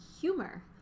humor